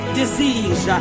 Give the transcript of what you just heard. disease